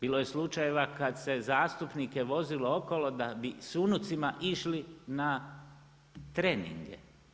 Bilo je slučajeva kada se zastupnike vozilo okolo da bi s unucima išli na treninge.